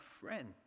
friend